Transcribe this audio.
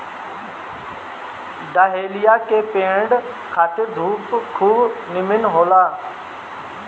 dahlia के पौधा खातिर धूप खूब निमन होला